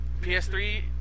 PS3